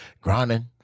grinding